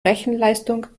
rechenleistung